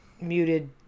muted